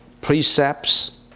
precepts